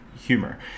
humor